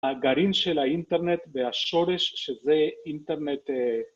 הגרעין של האינטרנט והשורש שזה אינטרנט